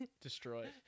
destroyed